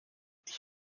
ich